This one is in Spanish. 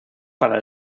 para